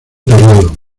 periodo